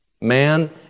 Man